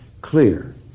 clear